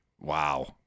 Wow